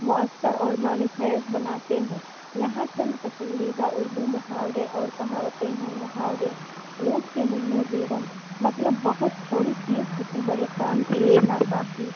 مؤثر اور معنی خیز بناتے ہیں یہاں چند پسندیدہ اردو محاورے اور کہاوتیں ہیں محاورے اونٹ کے منہ میں زیرا مطلب بہت تھوڑی چیز کسی بڑے کام کے لیے ناکافی